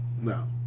no